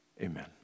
amen